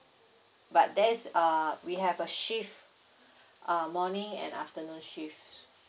but there's uh we have uh shift uh morning and afternoon shift